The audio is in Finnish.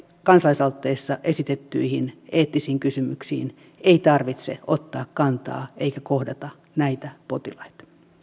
kansalaisaloitteessa esitettyihin eettisiin kysymyksiin ei tarvitse ottaa kantaa eikä kohdata näitä potilaita